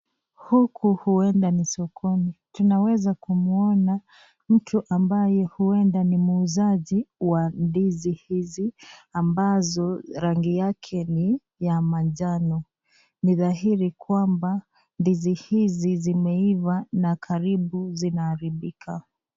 Huku huenda ni sokoni, tunaweza mtu ambayo huenda ni muuzaji wa ndizi hizi, ambazo rangi yake ni ya manjano, ni dhahiri kwamba ndizi hizi zimeiva na karibu zinaharibika.